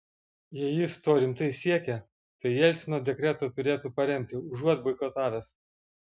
jei jis to rimtai siekia tai jelcino dekretą turėtų paremti užuot boikotavęs